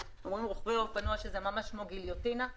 רוכבי האופנוע אומרים שזה ממש כמו גיליוטינה.